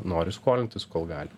nori skolintis kol gali